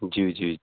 ज्यू ज्यू